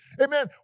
Amen